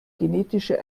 genetische